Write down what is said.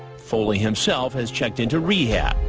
foley, himself, has checked into rehab.